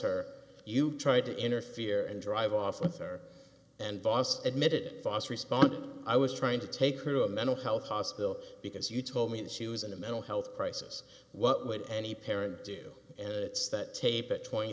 her you tried to interfere and drive officer and boss admitted boss respond i was trying to take her to a mental health hospital because you told me that she was in a mental health crisis what would any parent do it's that tape at twenty